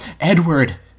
Edward